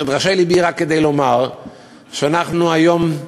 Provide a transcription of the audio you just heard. רק כדי לומר שאנחנו היום,